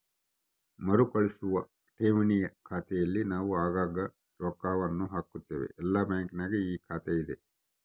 ಮರುಕಳಿಸುವ ಠೇವಣಿಯ ಖಾತೆಯಲ್ಲಿ ನಾವು ಆಗಾಗ್ಗೆ ರೊಕ್ಕವನ್ನು ಹಾಕುತ್ತೇವೆ, ಎಲ್ಲ ಬ್ಯಾಂಕಿನಗ ಈ ಖಾತೆಯಿದೆ